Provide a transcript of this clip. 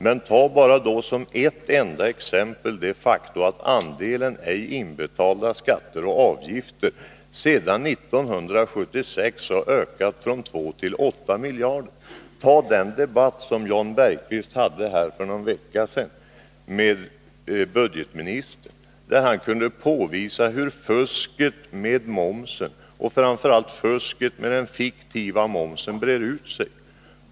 Men ta som ett enda exempel det faktum att andelen ej inbetalade skatter och avgifter sedan 1976 har ökat från 2 till 8 miljarder kronor. Ta som exempel också den debatt som Jan Bergqvist hade med budgetministern för någon vecka sedan. Jan Bergqvist kunde där påvisa hur fusket med momsen och framför allt fusket med den fiktiva momsen breder utsig.